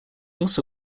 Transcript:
also